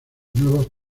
nuevos